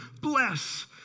bless